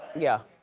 yeah,